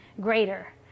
greater